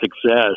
success